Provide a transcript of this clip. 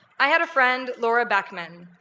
i had a friend, laura beckman.